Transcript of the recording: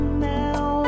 now